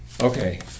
Okay